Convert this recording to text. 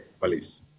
police